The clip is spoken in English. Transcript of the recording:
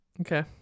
okay